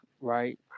right